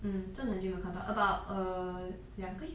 mm 真的很久没有看到 about err 两个月